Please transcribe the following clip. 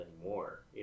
anymore